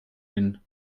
den